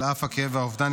על אף הכאב והאובדן,